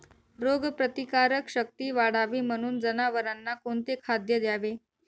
रोगप्रतिकारक शक्ती वाढावी म्हणून जनावरांना कोणते खाद्य द्यावे?